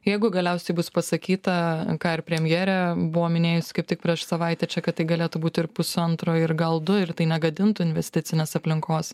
jeigu galiausiai bus pasakyta ką ir premjerė buvo minėjusi kaip tik prieš savaitę čia kad tai galėtų būti ir pusantro ir gal du ir tai negadintų investicinės aplinkos